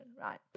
right